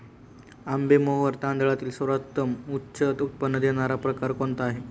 आंबेमोहोर तांदळातील सर्वोत्तम उच्च उत्पन्न देणारा प्रकार कोणता आहे?